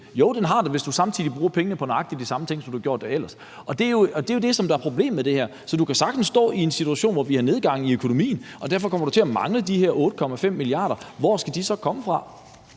Jo, det har den, hvis du samtidig bruger pengene på nøjagtig de samme ting, som du ellers gjorde. Det er jo det, som er problemet med det her. Så du kan sagtens stå i en situation, hvor vi har nedgang i økonomien og du derfor kommer til at mangle de her 8,5 mia. kr. Hvor skal de så komme fra?